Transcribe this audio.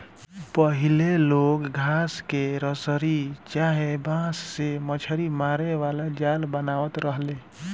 पहिले लोग घास के रसरी चाहे बांस से मछरी मारे वाला जाल बनावत रहले